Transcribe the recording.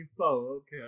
okay